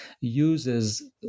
uses